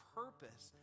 purpose